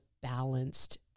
balanced